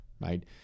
right